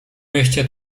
mieście